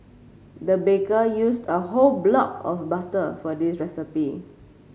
the baker used a whole block of butter for this recipe